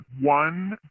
one